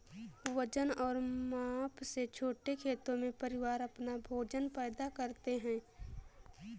वजन और माप से छोटे खेतों में, परिवार अपना भोजन पैदा करते है